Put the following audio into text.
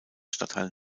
stadtteil